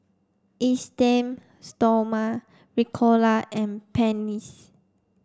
Esteem Stoma Ricola and Pansy